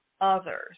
others